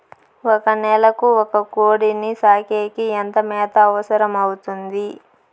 ఒక నెలకు ఒక కోడిని సాకేకి ఎంత మేత అవసరమవుతుంది?